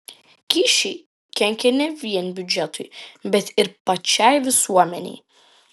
kyšiai kenkia ne vien biudžetui bet ir pačiai visuomenei